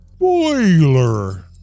Spoiler